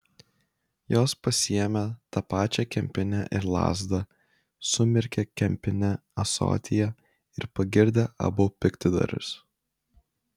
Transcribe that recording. jos pasiėmė tą pačią kempinę ir lazdą sumirkė kempinę ąsotyje ir pagirdė abu piktadarius